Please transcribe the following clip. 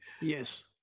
Yes